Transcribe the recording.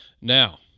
now